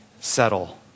settle